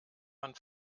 man